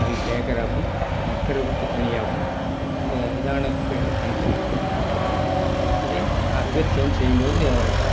அவக கேட்குறப்படி மக்குகிற குப்பை தனியாகவும் இந்த இதானே குப்பைகளை தனித்தனியாக போட்டு கொடுத்துடறோம் அதே நாலு பேர் சேர்ந்து செய்யும் போது